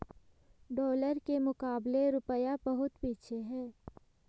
dollar के मुकाबले रूपया बहुत पीछे है